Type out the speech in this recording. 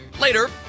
Later